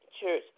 church